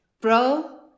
bro